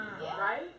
Right